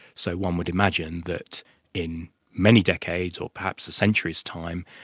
so one would imagine that in many decades or perhaps a century's time,